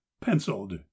penciled